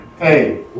Hey